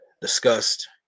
discussed